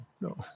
No